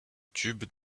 tube